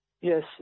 Yes